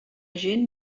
gent